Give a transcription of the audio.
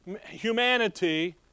humanity